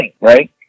right